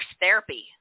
therapy